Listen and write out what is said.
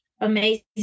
amazing